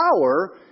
power